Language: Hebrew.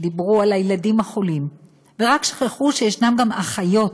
ודיברו על הילדים החולים, ורק שכחו שיש גם אחיות,